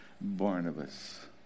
Barnabas